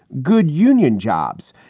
good union jobs.